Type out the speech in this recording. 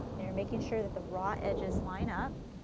and you're making sure that the raw edges line up.